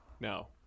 No